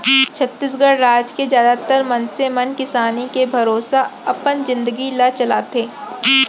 छत्तीसगढ़ राज के जादातर मनसे मन किसानी के भरोसा अपन जिनगी ल चलाथे